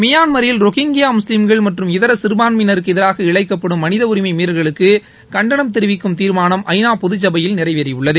மியான்மரில் ரொஹிங்கியா முஸ்லீம்கள் மற்றும் இதர சிறுபான்மையினருக்கு எதிராக இழைக்கப்படும் மனித உரிமை மீறல்களுக்கு கண்டனம் தெரிவிக்கும் தீர்மானம் ஐ நா பொதுச் சபையில் நிறைவேறியுள்ளது